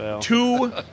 two